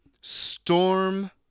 Storm